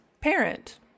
parent